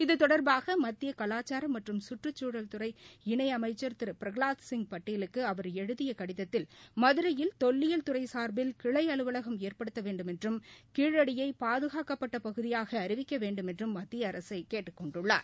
இது தொடர்பாக மத்திய கவாச்சார மற்றும் சுற்றுவாத்துறை இணை அமைச்சர் திரு பிரகலாத்சிங் பாட்டீலுக்கு அவர் எழுதிய கடிதத்தில் மதுரையில் தொல்லியில் துறை சார்பில் கிளை அலுவலகம் ஏற்படுத்த வேண்டுமென்றும் கீழடியை பாதுகாக்கப்பட்ட பகுதியாக அறிவிக்க வேண்டுமென்றும் மத்திய அரசை கேட்டுக் கொண்டுள்ளார்